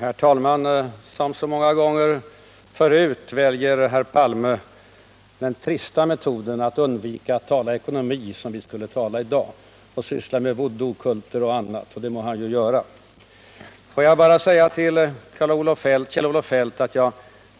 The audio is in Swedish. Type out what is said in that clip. Herr talman! Som så många gånger förut väljer herr Palme den trista metoden att undvika att tala om ekonomi, som vi ju skulle syssla med i dag, och pratar i stället om voodookulter och annat. Och det må han ju göra. Får jag bara säga till Kjell-Olof Feldt att jag